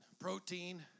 Protein